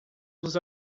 los